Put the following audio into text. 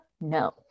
No